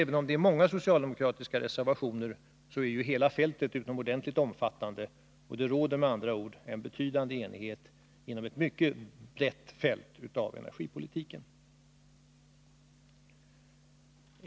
Även om det är många socialdemokratiska reservationer är, som synes, hela fältet mycket omfattande, och det råder med andra ord en betydande enighet inom ett mycket brett fält av energipolitiken.